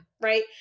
right